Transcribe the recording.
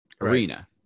arena